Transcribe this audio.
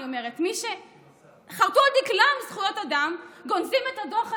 מי שחרתו על דגלם זכויות אדם גונזים את הדוח הזה.